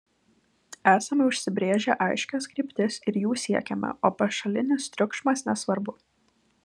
esame užsibrėžę aiškias kryptis ir jų siekiame o pašalinis triukšmas nesvarbu